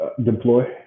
Deploy